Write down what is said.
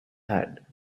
had